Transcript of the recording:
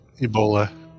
ebola